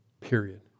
Period